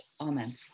Amen